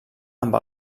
amb